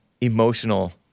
emotional